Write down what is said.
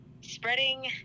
spreading